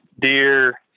deer